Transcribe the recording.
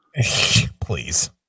Please